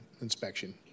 inspection